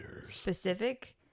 specific